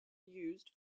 used